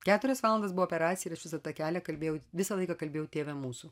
keturias valandas buvo operacija ir aš visą tą kelią kalbėjau visą laiką kalbėjau tėve mūsų